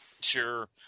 Sure